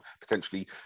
potentially